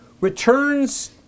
returns